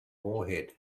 warhead